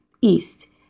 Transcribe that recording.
east